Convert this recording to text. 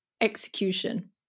execution